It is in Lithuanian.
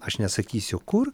aš nesakysiu kur